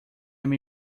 may